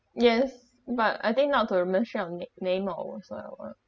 yes but I think not to mention on it name or whatsoever